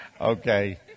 Okay